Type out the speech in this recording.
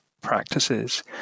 practices